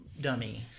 dummy